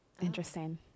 Interesting